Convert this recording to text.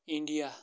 India